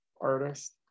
artist